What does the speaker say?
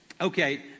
Okay